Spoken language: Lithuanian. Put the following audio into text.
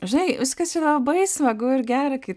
žinai viskas yra labai smagu ir gera kai